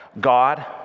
God